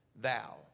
thou